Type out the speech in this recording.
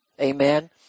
amen